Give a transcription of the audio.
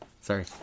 Sorry